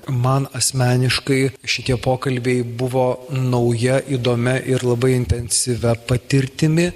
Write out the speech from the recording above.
man asmeniškai šitie pokalbiai buvo nauja įdomia ir labai intensyvia patirtimi